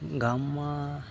ગામમાં